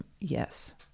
Yes